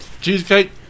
Cheesecake